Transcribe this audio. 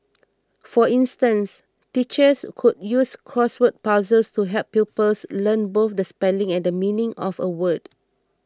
for instance teachers could use crossword puzzles to help pupils learn both the spelling and the meaning of a word